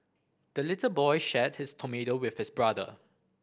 the little boy shared his tomato with his brother